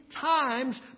times